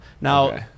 now